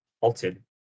altered